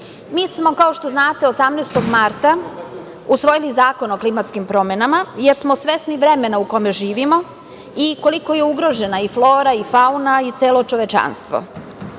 smo, kao što znate, 18. marta usvojili Zakon o klimatskim promenama, jer smo svesni vremena u kome živimo i koliko je ugrožena flora i fauna i celo čovečanstvo. Mi